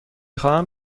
خواهم